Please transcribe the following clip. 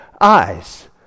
eyes